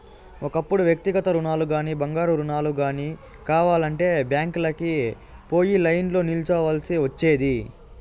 ఒకప్పుడు వ్యక్తిగత రుణాలుగానీ, బంగారు రుణాలు గానీ కావాలంటే బ్యాంకీలకి పోయి లైన్లో నిల్చోవల్సి ఒచ్చేది